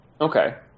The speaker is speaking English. Okay